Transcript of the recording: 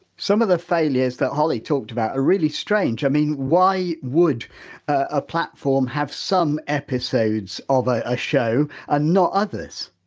some of the failures that holly talked about are really strange. i mean why would a platform have some episodes of a show and not others?